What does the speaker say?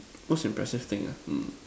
most impressive thing ah hmm